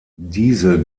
diese